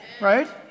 Right